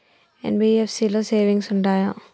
NBFC లో savings ఉంటయా?